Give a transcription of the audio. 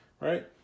right